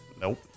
nope